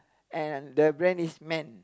and the brand is men